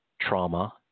trauma